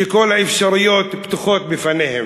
שכל האפשרויות פתוחות בפניהם,